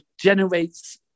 generates